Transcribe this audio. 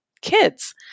kids